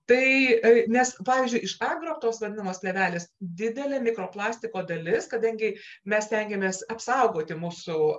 tai nes pavyzdžiui iš argo tos vadinamos plėvelės didelė mikroplastiko dalis kadangi mes stengiamės apsaugoti mūsų